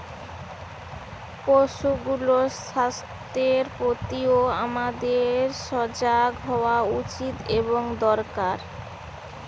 পশুগুলার স্বাস্থ্যের প্রতিও আমাদের সজাগ হওয়া উচিত এবং দরকার